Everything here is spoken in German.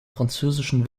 französischen